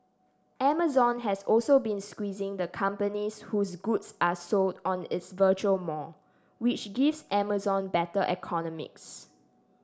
amazon has also been squeezing the companies whose goods are sold on its virtual mall which gives Amazon better economics